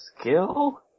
skill